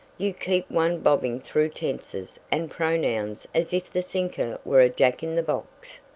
you one bobbing through tenses and pronouns as if the thinker were a jack-in-the-box.